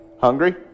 Hungry